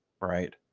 Right